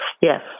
Yes